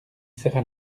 serra